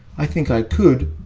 i think i could,